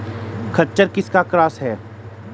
खच्चर किसका क्रास है?